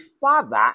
father